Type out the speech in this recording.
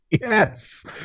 Yes